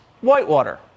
Whitewater